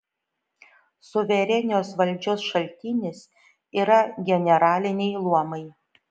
suverenios valdžios šaltinis yra generaliniai luomai